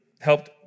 helped